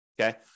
Okay